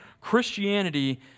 Christianity